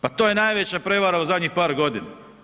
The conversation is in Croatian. Pa to je najveća prevara u zadnjih par godina.